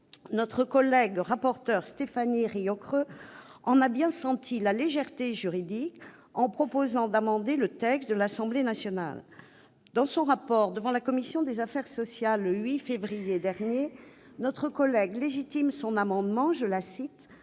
texte. Le rapporteur, Stéphanie Riocreux, en a bien senti la légèreté juridique en proposant d'amender le texte de l'Assemblée nationale. Dans son rapport devant la commission des affaires sociales, le 8 février dernier, notre collègue légitime son amendement « par les